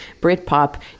Britpop